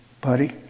buddy